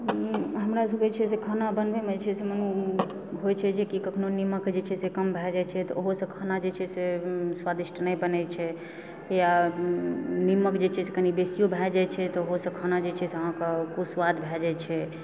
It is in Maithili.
हमरा सबकेँ छै से खाना बनबैमे जे छै से मन होय छै जे कि कखनो नीमक जे छै से कम भए जाइत छै तऽ ओहोसंँ खाना जे छै से स्वादिष्ट नहि बनय छै या नीमक जे छै से कनी बेसियो भए जाय छै तऽ ओहोसंँ खाना कुस्वाद भए जाइत छै